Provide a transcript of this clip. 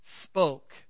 spoke